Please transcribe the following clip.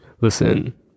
listen